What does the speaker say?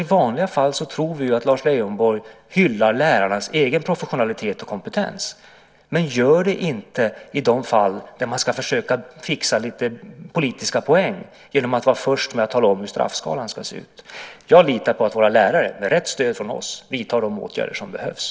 I vanliga fall tror vi att Lars Leijonborg hyllar lärarnas egen professionalitet och kompetens, men han gör det inte i de fall där man ska försöka fixa lite politiska poäng genom att vara först med att tala om hur straffskalan ska se ut. Jag litar på att våra lärare med rätt stöd från oss vidtar de åtgärder som behövs.